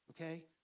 Okay